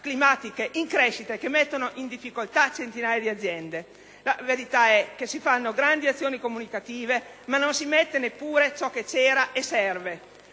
climatiche in crescita, che mettono in difficoltà centinaia di aziende. La verità è che si fanno grande azioni comunicative, ma non si prevede neppure ciò che c'era e che serve.